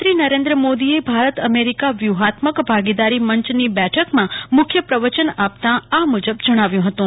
પ્રધાનમંત્રી નરેન્દ્ર મોદીએ ભારત અમેરીકા વ્યુહાત્મક ભાગીદારી મંચની બેઠકમાં મુખ્ય પ્રવચન આપતાં આ મુજબ જણાવ્યું હતું